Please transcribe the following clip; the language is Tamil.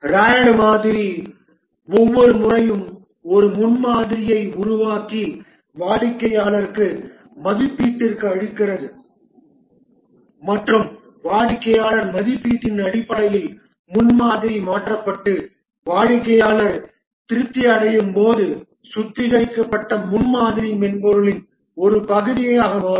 RAD மாதிரி ஒவ்வொரு முறையும் ஒரு முன்மாதிரியை உருவாக்கி வாடிக்கையாளருக்கு மதிப்பீட்டிற்காக அளிக்கிறது மற்றும் வாடிக்கையாளர் மதிப்பீட்டின் அடிப்படையில் முன்மாதிரி மாற்றப்பட்டு வாடிக்கையாளர் திருப்தி அடையும்போது சுத்திகரிக்கப்பட்ட முன்மாதிரி மென்பொருளின் ஒரு பகுதியாக மாறும்